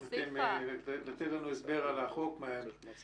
אני מבקש שתיתן לנו הסבר על החוק מבחינתכם,